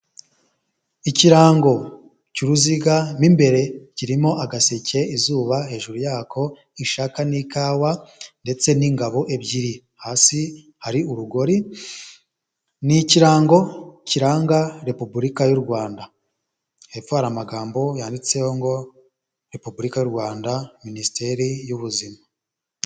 Ikirango cy'uruziga rmo imbere kirimo agaseke, izuba hejuru yako, ishaka n'ikawa, ndetse n'ingabo ebyiri, hasi hari urugori n' ikirango kiranga repubulika y'u Rwanda, hepfo hari amagambo yanditseho ngo repubulika y'u Rwanda Minisiteri y'Ubuzima.